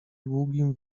długim